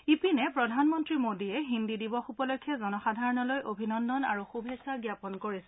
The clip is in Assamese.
ইপিনে প্ৰধানমন্ত্ৰী মোডীয়ে হিন্দী দিৱস উপলক্ষে জনসাধাৰণলৈ অভিনন্দন আৰু শুভেচ্ছা জ্ঞাপন কৰিছে